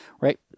right